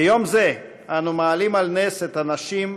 ביום זה אנו מעלים על נס את הנשים,